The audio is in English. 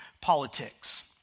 politics